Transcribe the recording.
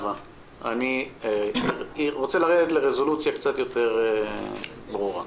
אבל אני רוצה לרדת לרזולוציה קצת יותר ברורה.